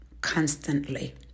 constantly